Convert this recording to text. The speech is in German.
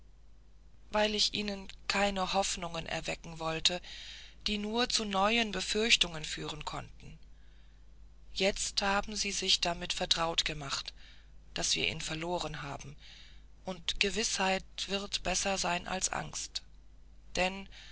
weil ich ihnen keine hoffnungen erwecken wollte die nur zu neuen befürchtungen führen konnten jetzt haben sie sich damit vertraut gemacht daß wir ihn verloren haben und gewißheit wird besser sein als die angst denn